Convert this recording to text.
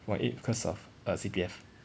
point eight because of err C_P_F